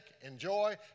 enjoy